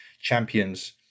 champions